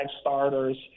starters